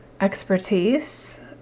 expertise